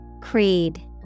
Creed